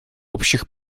общих